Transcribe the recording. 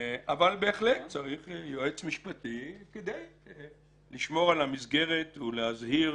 אבל בהחלט צריך יועץ משפטי כדי לשמור על המסגרת ולהזהיר